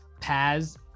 Paz